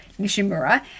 Nishimura